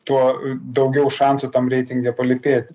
tuo daugiau šansų tam reitinge palypėti